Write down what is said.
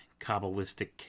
Kabbalistic